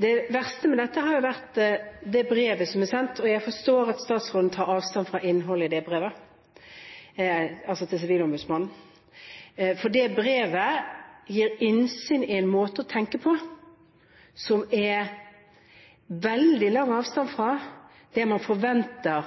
Det verste med dette har jo vært det brevet som ble sendt. Jeg forstår at statsråden tar avstand fra innholdet i det brevet til sivilombudsmannen, for det brevet gir innsyn i en måte å tenke på som er veldig langt fra det man forventer